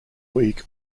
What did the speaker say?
week